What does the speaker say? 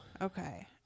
Okay